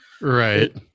Right